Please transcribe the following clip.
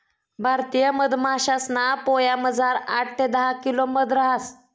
भारतीय मधमाशासना पोयामझार आठ ते दहा किलो मध रहास